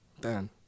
Dan